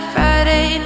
Friday